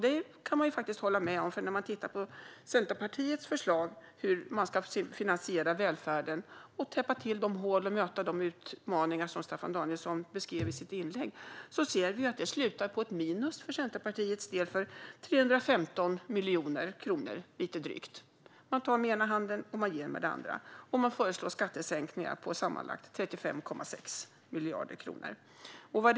Det kan man hålla med om. Man kan titta på Centerpartiets förslag att finansiera välfärden och täppa till de hål och möta de utmaningar Staffan Danielsson beskrev i sitt inlägg. Vi ser att det slutar på ett minus för Centerpartiets del med lite drygt 315 miljoner kronor. Det tar med den ena handen och ger med den andra och föreslår skattesänkningar på sammanlagt 35,6 miljarder kronor. Fru talman!